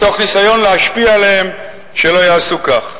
מתוך ניסיון להשפיע עליהם שלא יעשו כך.